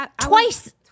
twice